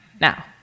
now